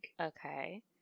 Okay